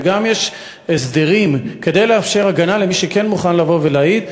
וגם יש הסדרים כדי לאפשר הגנה למי שכן מוכן לבוא ולהעיד.